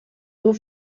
dur